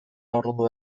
ordu